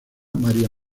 maría